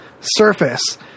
surface